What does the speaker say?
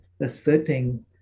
asserting